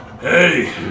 Hey